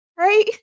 right